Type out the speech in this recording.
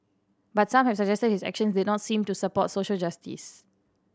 but some have suggested his actions did not seem to support social justice